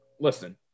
listen